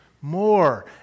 more